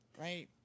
Right